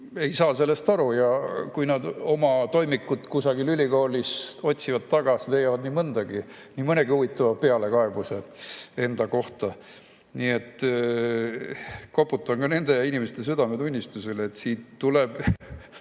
ei saa sellest aru. Kui nad oma toimiku kusagil ülikoolis üles otsiksid, siis leiaksid nii mõndagi, nii mõnegi huvitava pealekaebuse enda kohta. Nii et koputan ka nende inimeste südametunnistusele, et siit tuleb